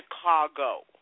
Chicago